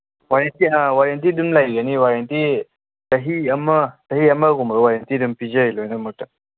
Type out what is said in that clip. warranty ꯑ warranty ꯑꯗꯨꯝ ꯂꯩꯒꯅꯤ ꯋꯔꯦꯟꯇꯤ ꯆꯍꯤ ꯑꯃ ꯆꯍꯤ ꯑꯃꯒꯨꯝꯕ ꯋꯔꯦꯟꯇꯤ ꯑꯗꯨꯝ ꯄꯤꯖꯩ ꯂꯣꯏꯅꯃꯛꯇ